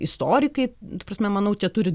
istorikai ta prasme manau čia turi